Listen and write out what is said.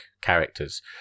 characters